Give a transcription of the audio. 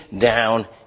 down